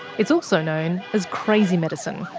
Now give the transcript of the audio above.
it's also known as crazy medicine.